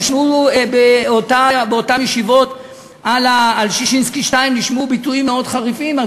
נשמעו באותן ישיבות על ששינסקי 2 ביטויים מאוד חריפים,